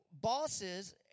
bosses